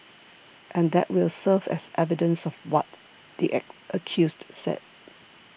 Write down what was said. and that will serve as evidence of what the accused said